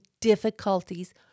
difficulties